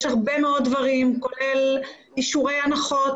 יש הרבה מאוד דברים כולל אישורי הנחות,